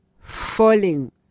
falling